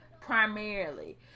Primarily